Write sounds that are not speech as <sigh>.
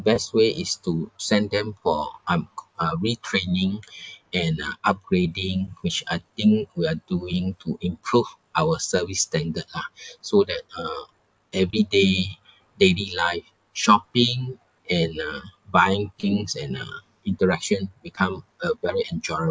best way is to send them for um uh retraining <breath> and uh upgrading which I think we are doing to improve our service standard lah so that uh every day daily life shopping and uh buying things and uh interaction become a very enjoy~